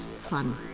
fun